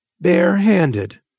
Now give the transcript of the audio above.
bare-handed